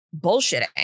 bullshitting